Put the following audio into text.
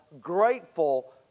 grateful